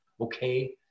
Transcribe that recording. okay